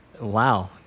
Wow